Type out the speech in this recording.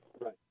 Right